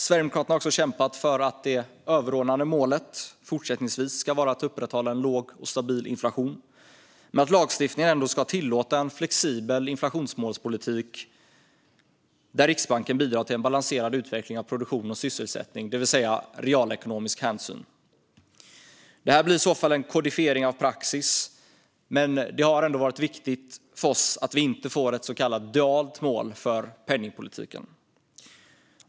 Sverigedemokraterna har också kämpat för att det överordnade målet fortsättningsvis ska vara att upprätthålla en låg och stabil inflation men att lagstiftningen ändå ska tillåta en flexibel inflationsmålspolitik där Riksbanken bidrar till en balanserad utveckling av produktion och sysselsättning, det vill säga realekonomisk hänsyn. Det blir i så fall en kodifiering av praxis, men det har varit viktigt för oss att vi inte får ett så kallat dualt mål för penningpolitiken.